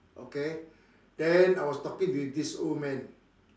okay then I was talking with this old man